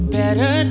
better